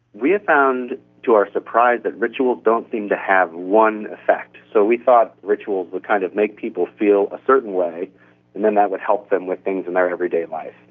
we have found to our surprise that rituals don't seem to have one effect. so we thought rituals would kind of make people feel a certain way and then that would help them with things in their everyday life.